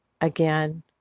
again